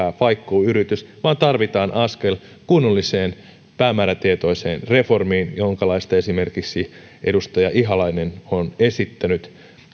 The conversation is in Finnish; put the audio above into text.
paikkuuyritys vaan tarvitaan askel kunnolliseen päämäärätietoiseen reformiin jonkalaista esimerkiksi edustaja ihalainen on esittänyt